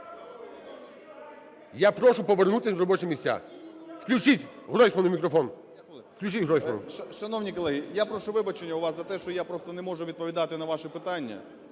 Я прошу повернутись на робочі місця. ВключітьГройсману мікрофон. 10:50:03 ГРОЙСМАН В.Б. Шановні колеги! Я прошу вибачення у вас за те, що я просто не можу відповідати на ваші питання,